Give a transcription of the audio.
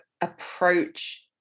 approach